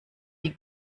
die